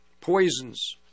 poisons